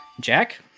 Jack